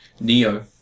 Neo